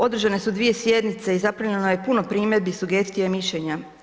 Određene su dvije sjednice i zaprimljeno je puno primjedbi, sugestija i mišljenja.